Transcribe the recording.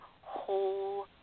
whole